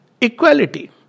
equality